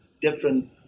different